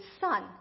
son